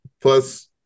Plus